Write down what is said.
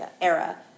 era